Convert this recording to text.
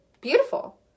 Beautiful